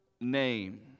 name